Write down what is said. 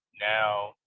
now